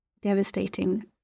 devastating